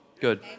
Good